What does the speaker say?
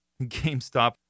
GameStop